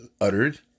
uttered